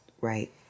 right